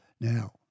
Now